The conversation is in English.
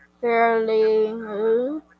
fairly